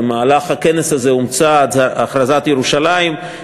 במהלך הכנס הזה אומצה "הכרזת ירושלים",